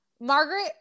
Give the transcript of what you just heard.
Margaret